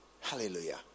Hallelujah